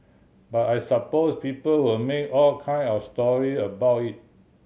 but I suppose people will make all kind of story about it